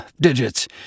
Digits